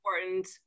important